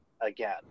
again